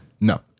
No